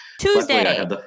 Tuesday